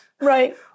Right